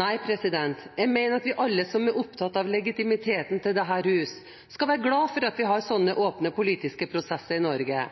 Nei, jeg mener at alle som er opptatt av legitimiteten til dette hus, skal være glad for at vi har slike åpne politiske prosesser i Norge